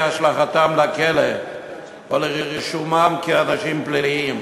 השלכתם לכלא או לרישומם כאנשים פליליים,